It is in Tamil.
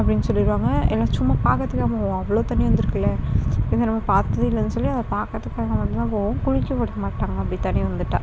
அப்படின்னு சொல்லிடுவாங்க எல்லாம் சும்மா பார்க்கறதுக்கு தான் போவோம் அவ்வளோ தண்ணி வந்துருக்குல்ல இது நம்ம பார்த்ததே இல்லைன்னு சொல்லி அதை பார்க்கறதுக்காக மட்டும் தான் போவோம் குளிக்க விட மாட்டாங்க அப்படி தண்ணி வந்துட்டால்